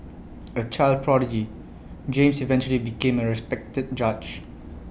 A child prodigy James eventually became A respected judge